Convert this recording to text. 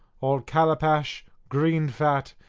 all calapash, green fat,